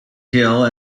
hill